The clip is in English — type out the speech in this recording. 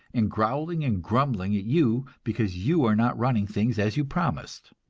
and growling and grumbling at you because you are not running things as you promised.